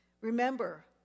Remember